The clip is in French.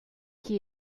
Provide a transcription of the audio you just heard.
qui